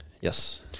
Yes